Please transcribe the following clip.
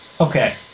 Okay